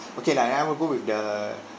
okay lah then I will go with the